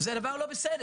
זה דבר לא בסדר.